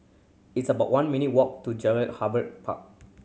it's about one minute ' walk to Jelutung Harbour Park